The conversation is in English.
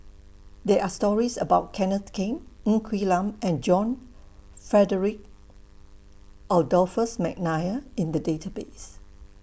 There Are stories about Kenneth Keng Ng Quee Lam and John Frederick Adolphus Mcnair in The Database